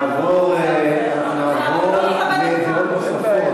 אנחנו נעבור לדעות נוספות.